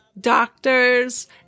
doctors